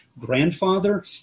grandfather